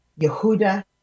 Yehuda